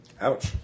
Ouch